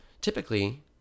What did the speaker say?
Typically